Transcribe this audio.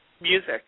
music